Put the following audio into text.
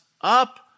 up